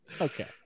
Okay